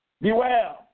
Beware